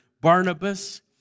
Barnabas